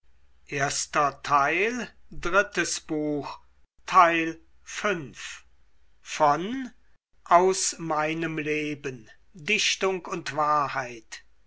goethe aus meinem leben dichtung und wahrheit